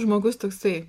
žmogus toksai